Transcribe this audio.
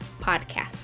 Podcast